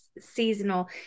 seasonal